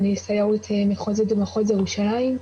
סיו"ר מחוזית במחוז ירושלים,